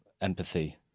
empathy